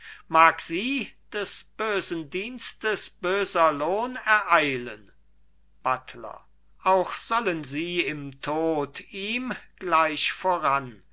mag sie des bösen dienstes böser lohn ereilen buttler auch sollen sie im tod ihm gleich voran